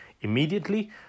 immediately